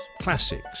Classics